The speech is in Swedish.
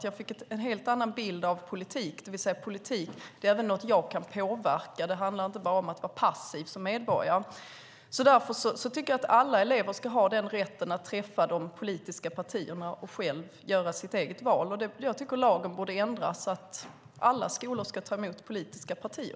Jag fick en helt annan bild av politik, det vill säga att politik är något även jag kan påverka. Det handlar inte bara om att vara passiv som medborgare. Därför tycker jag att alla elever ska ha rätt att träffa de politiska partierna och själva göra sitt val. Jag tycker att lagen borde ändras så att alla skolor ska ta emot politiska partier.